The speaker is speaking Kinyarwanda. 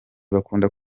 bakunda